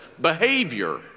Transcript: behavior